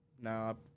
now